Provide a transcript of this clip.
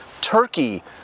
Turkey